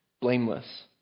blameless